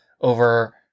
over